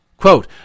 Quote